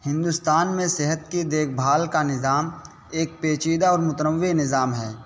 ہندوستان میں صحت کی دیکھ بھال کا نظام ایک پیچیدہ اور متنوع نظام ہے